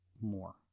more